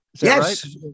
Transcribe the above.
Yes